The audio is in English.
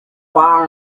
fire